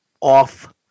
Off